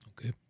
Okay